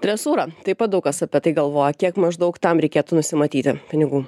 dresūra taip pat daug kas apie tai galvoja kiek maždaug tam reikėtų nusimatyti pinigų